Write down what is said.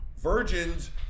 Virgins